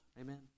Amen